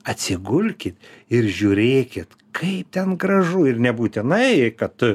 atsigulkit ir žiūrėkit kaip ten gražu ir nebūtinai kad